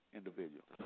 individual